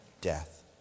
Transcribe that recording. Death